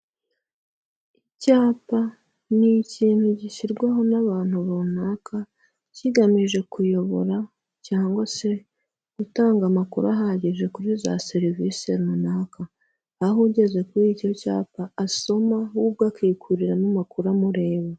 Icyapa ni ikintu gishyirwaho n'abantu runaka, kigamije kuyobora cyangwa se gutanga amakuru ahagije kuri za serivisi runaka, aho ugeze kuri icyo cyapa asoma we ubwe akikurira n'amakuru amureba.